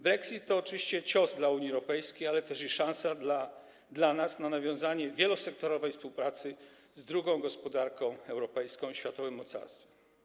Brexit to oczywiście cios dla Unii Europejskiej, ale też i szansa dla nas na nawiązanie wielosektorowej współpracy z drugą gospodarką europejską i światowym mocarstwem.